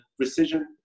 precision